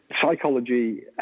Psychology